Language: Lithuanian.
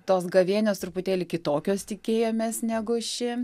tos gavėnios truputėlį kitokios tikėjomės negu ši